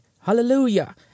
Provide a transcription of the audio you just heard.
Hallelujah